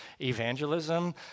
evangelism